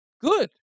good